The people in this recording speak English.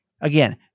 Again